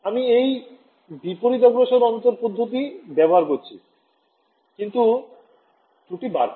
আমি এই বিপরীতগ্রসর পার্থক্য পদ্ধতি ব্যবহার করছি কিন্তু ত্রুটি বাড়বে